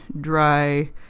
dry